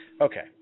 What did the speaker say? Okay